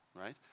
right